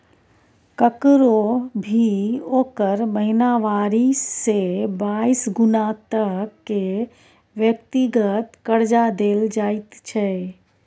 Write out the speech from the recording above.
ककरो भी ओकर महिनावारी से बाइस गुना तक के व्यक्तिगत कर्जा देल जाइत छै